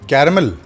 Caramel